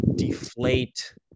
Deflate